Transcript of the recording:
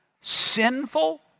sinful